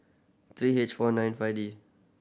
three H four nine five D